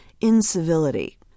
incivility